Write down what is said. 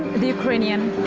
ukrainian,